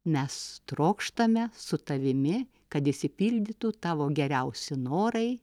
mes trokštame su tavimi kad išsipildytų tavo geriausi norai